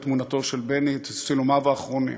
תמונתו של בני ואת צילומיו האחרונים.